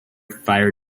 fire